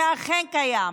זה אכן קיים,